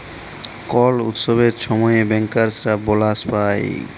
call উৎসবের ছময়তে ব্যাংকার্সরা বলাস পায়